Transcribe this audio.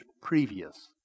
previous